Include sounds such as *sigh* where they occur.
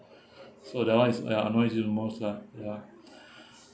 *breath* so that [one] ya annoys you the most lah ya *breath*